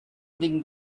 think